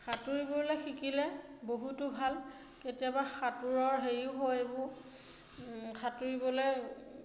সাঁতোৰিবলৈ শিকিলে বহুতো ভাল কেতিয়াবা সাঁতোৰৰ হেৰিও হয় এইবোৰ সাঁতোৰিবলৈ